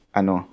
ano